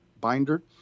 binder